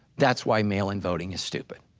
that's why mail-in voting is stupid.